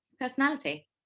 personality